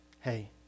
Hey